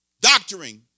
doctoring